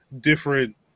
different